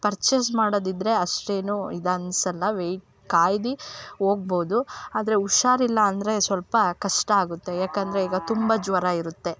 purchase ಮಾಡೋದಿದ್ರೆ ಅಷ್ಟೇನೂ ಇದು ಅನಿಸಲ್ಲಾ ವೆಯ್ಟ್ ಕಾಯ್ದು ಹೋಗ್ಬೋದು ಆದರೆ ಹುಷಾರಿಲ್ಲ ಅಂದರೆ ಸ್ವಲ್ಪ ಕಷ್ಟ ಆಗುತ್ತೆ ಯಾಕಂದರೆ ಈಗ ತುಂಬ ಜ್ವರ ಇರುತ್ತೆ